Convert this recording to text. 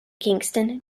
kingston